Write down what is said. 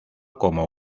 como